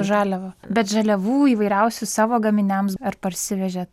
žaliava bet žaliavų įvairiausių savo gaminiams ar parsivežėt